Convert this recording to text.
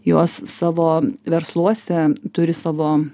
jos savo versluose turi savo